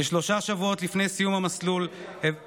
כשלושה שבועות לפני סיום המסלול, ששש.